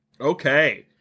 Okay